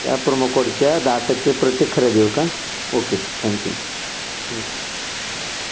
त्या प्रोमोकोडच्या दहा टक्के प्रत्येक खरेदीवर का ओके सर थँक्यू थँक्यू